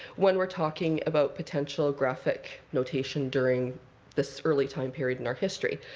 when we're talking about potential graphic notation during this early time period in our history.